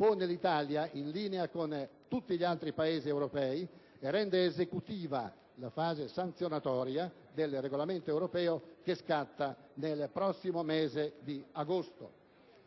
pone l'Italia in linea con tutti gli altri Paesi europei e rende esecutiva la fase sanzionatoria del regolamento europeo che scatta nel prossimo mese di agosto.